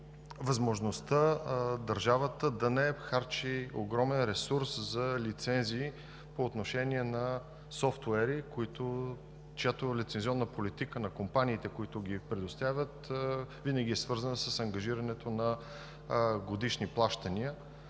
възможността държавата да не харчи огромен ресурс за лицензии по отношение на софтуери, чиято лицензионна политика на предоставящите ги компании винаги е свързана с ангажирането на годишни плащания